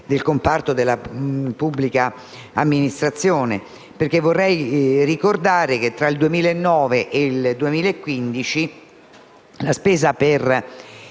Grazie